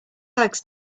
bags